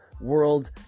world